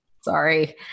sorry